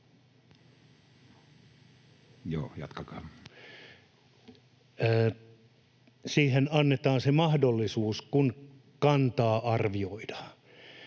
...siihen annetaan se mahdollisuus, kun kantaa arvioidaan.